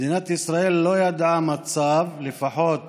מדינת ישראל לא ידעה מצב, לפחות